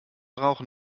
rauchen